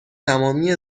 تمامی